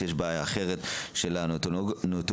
יש בעיה אחרת של ניאונטולוגיה.